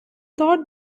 thought